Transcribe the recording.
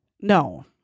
No